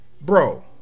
Bro